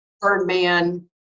Birdman